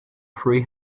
free